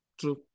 true